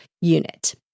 unit